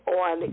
on